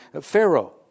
Pharaoh